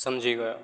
સમજી ગયો